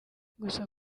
gusa